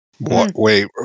Wait